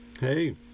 Hey